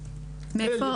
ה-90'.